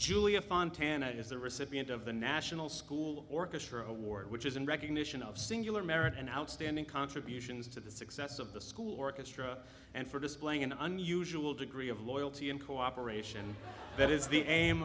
julia is the recipient of the national school orchestra award which is in recognition of singular merit and outstanding contributions to the success of the school orchestra and for displaying an unusual degree of loyalty and cooperation that is the